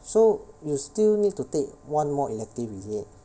so you still need to take one more elective is it